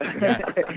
Yes